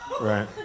Right